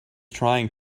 trying